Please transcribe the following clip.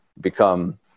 become –